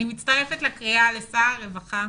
אני מצטרפת לקריאה הרווחה,